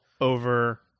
over